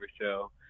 show